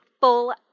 full